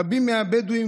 רבים מהבדואים,